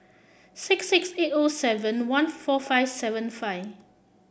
six six eight O seven one four five seven five